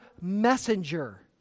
messenger